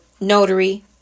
notary